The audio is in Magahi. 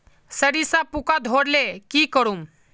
सरिसा पूका धोर ले की करूम?